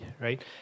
right